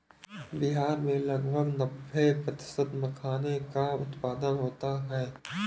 बिहार में लगभग नब्बे फ़ीसदी मखाने का उत्पादन होता है